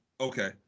okay